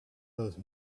those